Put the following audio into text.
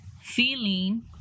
feeling